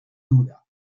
duda